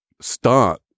start